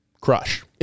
crush